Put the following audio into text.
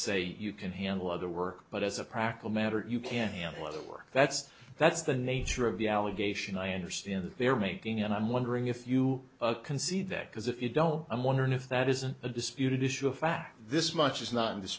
say you can handle other work but as a practical matter you can handle the work that's that's the nature of the allegation i understand they're making and i'm wondering if you can see that because if you don't i'm wondering if that isn't a disputed issue of fact this much is not in this